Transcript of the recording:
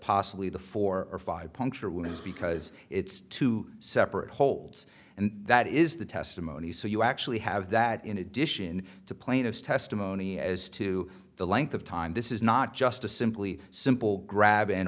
possibly the four or five puncture wounds because it's two separate holds and that is the testimony so you actually have that in addition to plaintiff's testimony as to the length of time this is not just a simply simple grab